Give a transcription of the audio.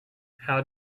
how